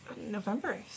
November